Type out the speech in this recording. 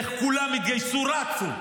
איך כולם התגייסו, רצו.